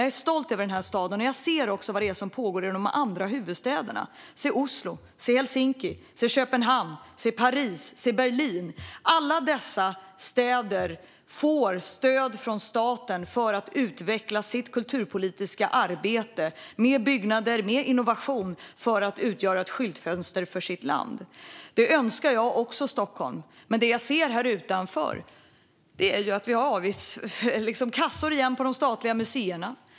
Jag är stolt över den här staden, och jag ser också vad det som pågår i de andra huvudstäderna. Se på Oslo, se på Helsingfors, se på Köpenhamn, se på Paris, se på Berlin - alla dessa städer får stöd från staten för att utveckla sitt kulturpolitiska arbete med byggnader och med innovation för att utgöra ett skyltfönster för sitt land. Det önskar jag också för Stockholm, men det jag ser här utanför är ju att vi återigen har kassor på de statliga museerna.